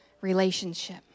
relationship